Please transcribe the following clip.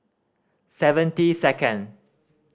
seventy second